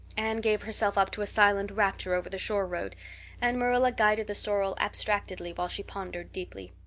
anne gave herself up to a silent rapture over the shore road and marilla guided the sorrel abstractedly while she pondered deeply.